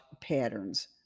patterns